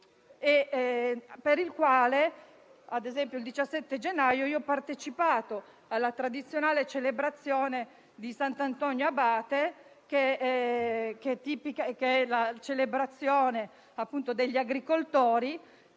di stoccaggio. Il 17 gennaio, ho partecipato alla tradizionale celebrazione di Sant'Antonio Abate, che è la celebrazione degli agricoltori.